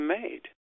made